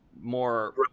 more